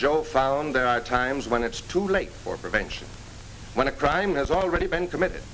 joe found there are times when it's too late for prevention when a crime has already been committed